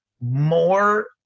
more